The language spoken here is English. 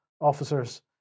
officers